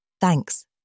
Thanks